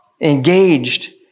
engaged